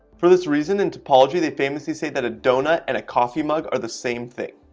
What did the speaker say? for this reason in topology, they famously say that a doughnut and a coffee mug are the same thing